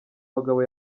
bagabo